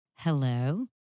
Hello